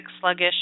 sluggish